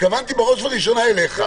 התכוונתי בראש ובראשונה אליך.